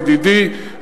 ידידי,